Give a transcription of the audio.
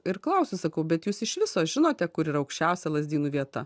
ir klausiu sakau bet jūs iš viso žinote kur yra aukščiausia lazdynų vieta